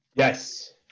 Yes